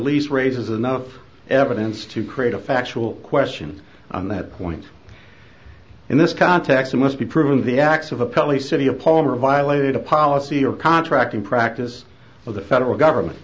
least raises enough evidence to create a factual question on that point in this context it must be proven the acts of appellate city of palmer violated a policy or contracting practice of the federal government